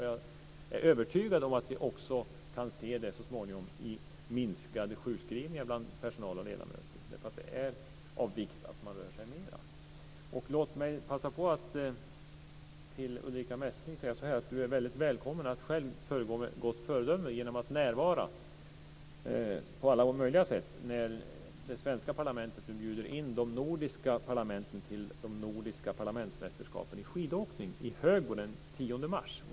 Jag är övertygad om att vi så småningom också kommer att få färre sjukskrivningar bland personal och ledamöter. Det är av vikt att röra sig mera. Låt mig passa på att säga till Ulrica Messing att hon är välkommen att själv föregå med gott föredöme genom att på alla möjliga sätt närvara när det svenska parlamentet bjuder in de nordiska parlamenten till de nordiska parlamentsmästerskapen i skidåkning i Högbo den 10 mars.